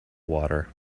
water